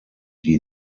die